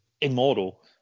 immortal